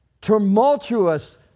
tumultuous